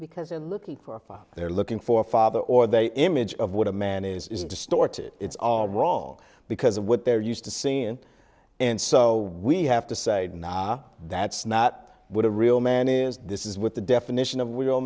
because they're looking for a fight they're looking for a father or they image of what a man is distorted it's all wrong because of what they're used to seeing and so we have to say that's not what a real man is this is what the definition of w